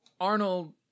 Arnold